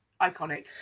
iconic